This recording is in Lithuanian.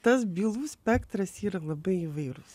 tas bylų spektras yra labai įvairus